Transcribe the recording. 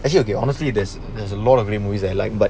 actually okay honestly there's there's a lot of great movies I like but